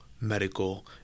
medical